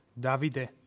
Davide